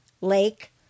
Lake